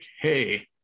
hey